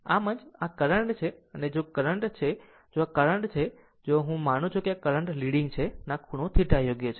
આમ આમ જો આ કરંટ છે જો r કરંટ છે જો આ કરંટ છે જો હું માનું છું કે આ કરંટ લીડીગ છે આ ખૂણો θ યોગ્ય છે